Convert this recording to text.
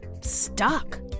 stuck